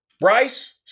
Bryce